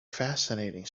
fascinating